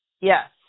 Yes